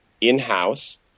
in-house